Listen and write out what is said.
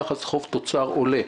יחס חוב תוצר עולה.